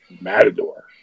matador